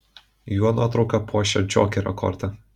jo nuotrauka puošia džokerio kortą